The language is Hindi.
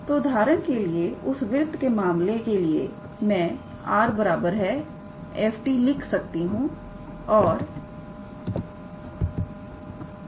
तो उदाहरण के लिए उस वृत्त के मामले के लिए मैं 𝑟⃗ 𝑓⃗ 𝑡 लिख सकती हूं और f के 3 अवयव है